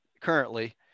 currently –